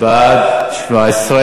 שתקבע ועדת הכנסת נתקבלה.